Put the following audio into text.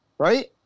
Right